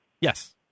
yes